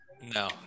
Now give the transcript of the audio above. No